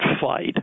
fight